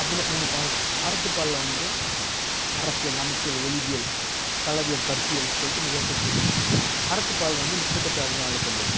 அப்புடின்னு மூணு பாலிருக்குங்க அறத்துப்பாலில் வந்து அரசியல் அமைச்சியல் ஒழிபியல் களவியல் கற்பியல் சொல்லிட்டு நிறையா பிரித்து வெச்சுருக்காங்க அறத்துப்பால் வந்து முப்பத்தெட்டு அதிகாரங்களை கொண்டது